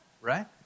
Right